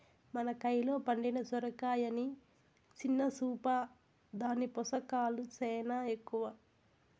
మన కయిలో పండిన సొరకాయని సిన్న సూపా, దాని పోసకాలు సేనా ఎక్కవ